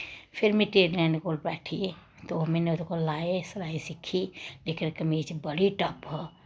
फिर में टेलरानियें कोल बैठिये दो म्हीने ओह्दे कोल लाए सलाई सिक्खी लेकिन कमीच बड़ा टफ